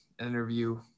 interview